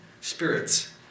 Spirits